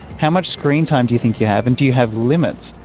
how much screen time do you think you have and do you have limits?